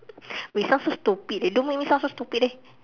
we sound so stupid eh don't make me sound stupid eh